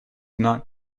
not